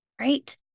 right